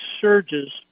surges